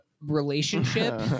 relationship